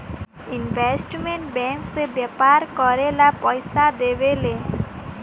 investment bank से व्यापार करेला पइसा देवेले